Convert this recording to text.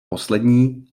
poslední